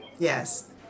Yes